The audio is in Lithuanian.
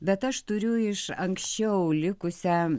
bet aš turiu iš anksčiau likusią